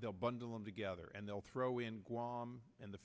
they'll bundle them together and they'll throw in guam and the